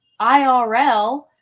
IRL